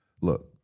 Look